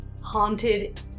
haunted